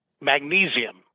magnesium